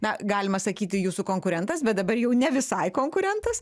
na galima sakyti jūsų konkurentas bet dabar jau ne visai konkurentas